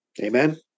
amen